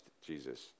Jesus